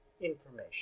information